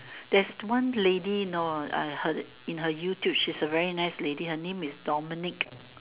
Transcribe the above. there's one lady know uh her in her YouTube she's a very nice lady her name is Dominique